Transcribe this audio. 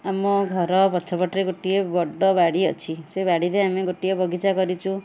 ଆମ ଘର ପଛପଟରେ ଗୋଟିଏ ବଡ଼ ବାଡ଼ି ଅଛି ସେ ବାଡ଼ିରେ ଆମେ ଗୋଟିଏ ବଗିଚା କରିଛୁ